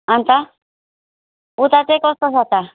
अन्त उता चाहिँ कस्तो छ त